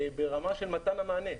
ברמה של מתן מענה,